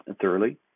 thoroughly